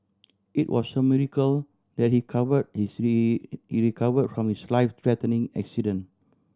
it was a miracle that he cover he three recover from his life threatening accident